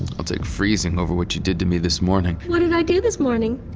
i'll take freezing over what you did to me this morning what did i do this morning?